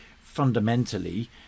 fundamentally